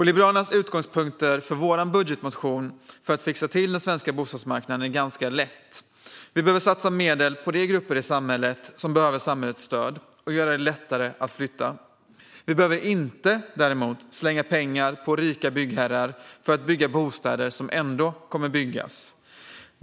Liberalernas utgångspunkter för vår budgetmotion när det gäller att fixa till den svenska bostadsmarknaden är ganska lätta. Vi behöver satsa medel på de grupper som behöver samhällets stöd och göra det lättare att flytta. Vi behöver däremot inte slänga pengar på rika byggherrar för att bygga bostäder som ändå kommer att byggas.